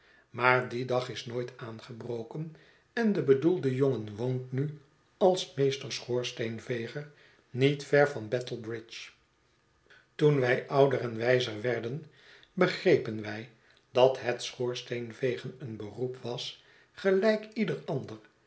maar die dag is nooit aangebroken en de bedoelde jongen woont nu als meester schoorsteenveger niet ver van battle bridge toen wij ouder en wijzer werden begrepen wij dat het schoorsteenvegen een beroep was gelijk ieder ander